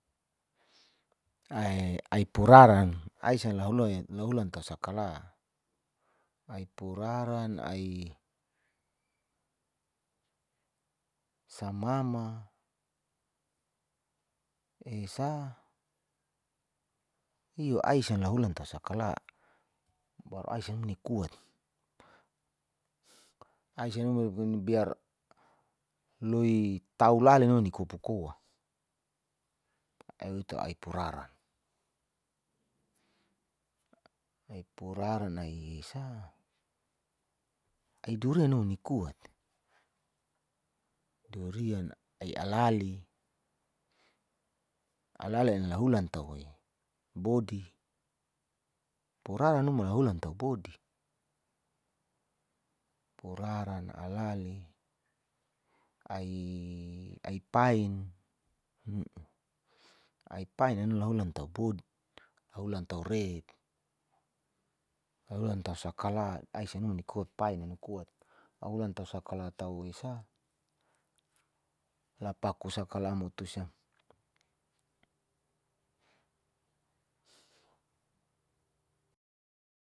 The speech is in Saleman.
ai puraran a'i sala hulua laulan tau saka la, ai piraran, ai samama, esa ai salahula ta saka la baru ai same nikuat, ai biar loi taulalen'no nikopo koa aiitu ai puraran, ai puraran ai esa, ai durian nu nikut, ai alali, alali aina lahulan tawoi bodi poraran numa nahulan tabodi, puraran, alali. ai pain lahulan ta bodi lahulan tau rep, lahulan tausakala, ai sanuna ni koat paina nikot ulan tasakal atau esa la paku sakala motosiam